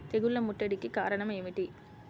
తెగుళ్ల ముట్టడికి కారణం ఏమిటి?